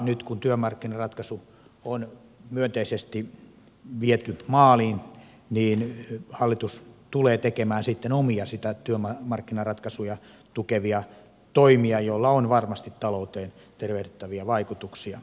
nyt kun työmarkkinaratkaisu on myönteisesti viety maaliin niin hallitus tulee sitten tekemään omia työmarkkinaratkaisuja tukevia toimia joilla on varmasti talouteen tervehdyttäviä vaikutuksia